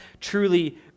truly